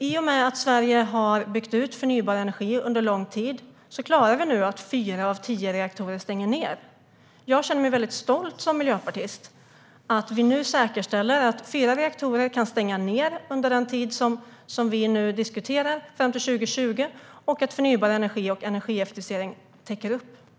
I och med att Sverige har byggt ut förnybar energi under lång tid klarar vi nu att fyra av tio reaktorer stänger ned. Som miljöpartist känner jag mig väldigt stolt över att vi nu säkerställer att fyra reaktorer kan stänga ned under den tid som vi diskuterar, alltså fram till 2020, och att förnybar energi och energieffektivisering täcker upp.